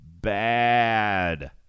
Bad